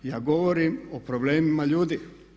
Ja govorim o problemima ljudi.